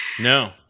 no